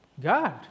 God